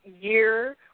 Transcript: year